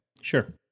sure